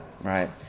right